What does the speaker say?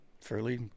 fairly